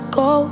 go